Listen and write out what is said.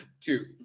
Two